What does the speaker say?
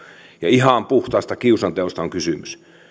ihan puhtaasta kiusanteosta oli kysymys